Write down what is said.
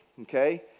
okay